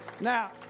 Now